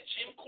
Jim